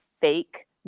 fake